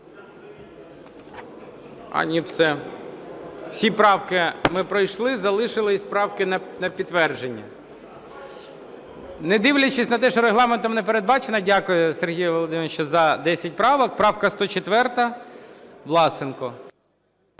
ні, все. Всі правки ми пройшли, залишилися правки на підтвердження. Не дивлячись на те, що Регламентом не передбачено, дякую, Сергію Володимировичу, за десять правок. Правка 104, Власенко